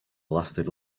lasted